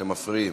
אתם מפריעים.